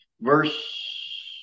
Verse